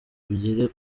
ugere